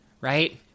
right